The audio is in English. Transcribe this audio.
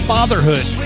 Fatherhood